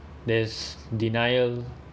there's denial